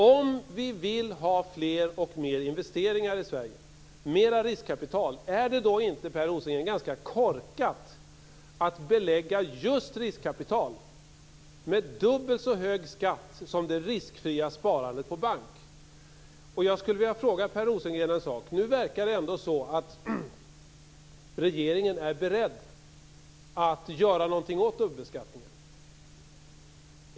Om vi vill ha fler investeringar i Sverige och mera riskkapital är det då inte, Per Rosengren, ganska korkat att belägga just riskkapital med dubbelt så hög skatt som det riskfria sparandet på bank? Nu verkar det ändå som att regeringen är beredd att göra någonting åt dubbelbeskattningen.